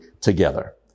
together